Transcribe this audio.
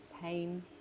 pain